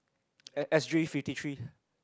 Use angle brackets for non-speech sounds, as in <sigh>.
<noise> S S_G fifty three